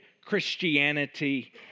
Christianity